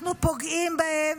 אנחנו פוגעים בהם.